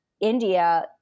India